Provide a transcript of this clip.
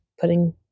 putting